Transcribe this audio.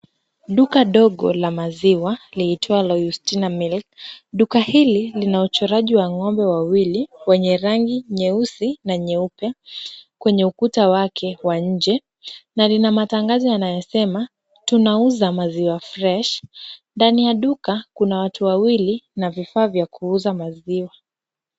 Duka dogo la maziwa liitwalo Wistiner Milk , duka hili lina uchoraji wa ng'ombe wawili wenye rangi nyeusi na nyeupe kwenye ukuta wake wa nje na lina matangazo inayosema "Tunauza Maziwa Fresh ." Ndani ya duka, kuna watu wawili na vifaa vya kuuza maziwa.